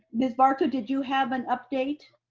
ms. barto, did you have an update,